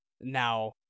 now